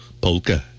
polka